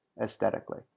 aesthetically